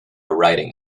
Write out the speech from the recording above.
writing